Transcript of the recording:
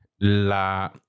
La